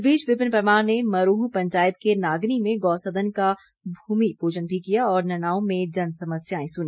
इस बीच विपिन परमार ने मरूंह पंचायत के नागनी में गौ सदन का भूमि पूजन भी किया और ननांओं में जनसमस्याएं सुनी